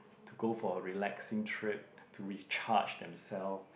to go for a relaxing trip to recharge them self